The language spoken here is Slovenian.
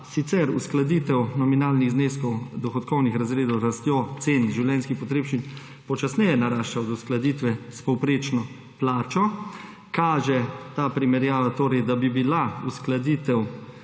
sicer uskladitev nominalnih zneskov dohodkovnih razredov z rastjo cen življenjskih potrebščin narašča počasneje od uskladitve s povprečno plačo. Ta primerjava kaže, da bi bila uskladitev